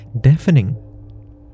deafening